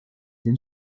den